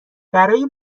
برای